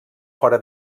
fora